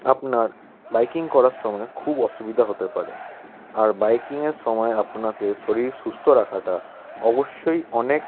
আপনার বাইকিং করার সময় খুব অসুবিধা হতে পারে আর বাইকিংয়ের সময় আপনাকে শরীর সুস্থ রাখাটা অবশ্যই অনেক